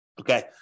Okay